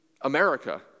America